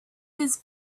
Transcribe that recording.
his